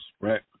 right